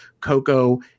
Coco